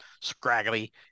scraggly